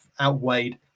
outweighed